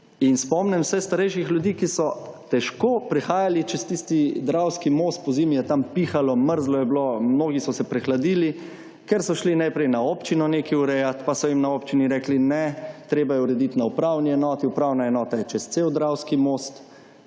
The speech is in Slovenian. in spomnim se starejših ljudi, ki so težko prihajali čez tisti Dravski most, pozimi je tam pihalo, mrzlo je bilo, mnogi so se prehladili, ker so šli najprej na občino nekaj urejati, pa so jim na občini rekli ne, treba je urediti na upravni enoti, upravna enota je čez Dravski most